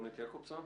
רונית יעקובסון?